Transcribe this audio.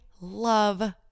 love